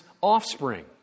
offspring